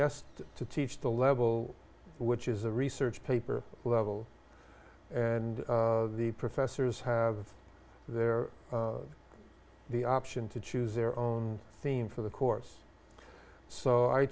asked to teach the level which is a research paper level and the professors have their the option to choose their own team for the course so i